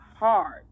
Hard